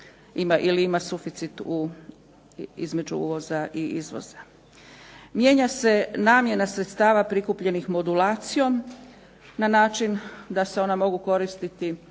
ili ima suficit između uvoza i izvoza. Mijenja se namjena sredstava prikupljenih modulacijom na način da se ona mogu koristiti